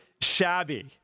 shabby